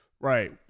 Right